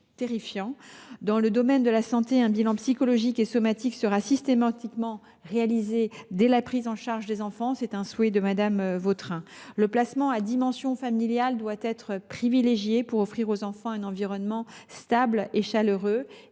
Dans le domaine de la santé, un bilan psychologique et somatique sera systématiquement réalisé dès la prise en charge des enfants, conformément au souhait de Mme Vautrin. Le placement à dimension familiale doit être privilégié pour offrir aux enfants un environnement stable et chaleureux.